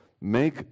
make